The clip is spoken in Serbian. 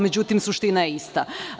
Međutim, suština je ista.